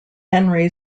henry